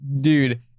Dude